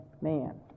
man